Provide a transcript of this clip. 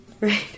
Right